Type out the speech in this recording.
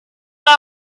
our